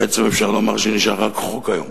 בעצם אפשר לומר שנשאר רק חוק היום,